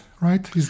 right